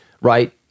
right